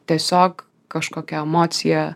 tiesiog kažkokia emocija